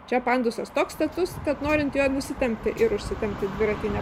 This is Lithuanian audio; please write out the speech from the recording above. čia pandusas toks status tad norint juo nusitempti ir užsitempti dviratį